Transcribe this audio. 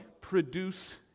produce